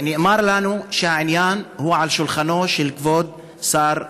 נאמר לנו שהעניין הוא על שולחנו של כבוד השר,